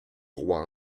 roi